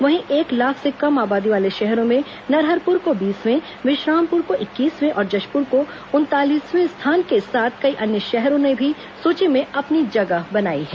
वहीं एक लाख से कम आबादी वाले शहरों में नरहरपुर को बीसवीं विश्रामपुर को इक्कीसवीं और जशपुर को उनतालीसवीं स्थान के साथ कई अन्य शहरों ने भी सूची में अपनी जगह बनाई है